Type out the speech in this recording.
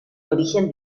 origen